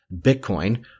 Bitcoin